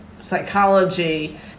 psychology